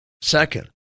Second